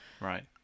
Right